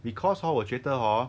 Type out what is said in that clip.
because hor 我觉得 hor